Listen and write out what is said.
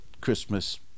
Christmas